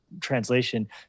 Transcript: translation